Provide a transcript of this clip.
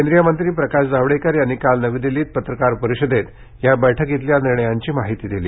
केंद्रीय मंत्री प्रकाश जावडेकर यांनी काल नवी दिल्लीत पत्रकार परिषदेत या बैठकीतल्या निर्णयांची माहिती दिली